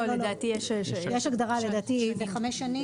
לא, יש הגדרה, זה חמש שנים.